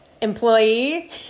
employee